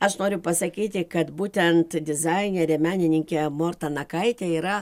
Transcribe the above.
aš noriu pasakyti kad būtent dizainerė menininkė morta nakaitė yra